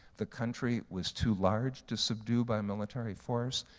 the country was too large to subdue by military force.